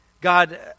God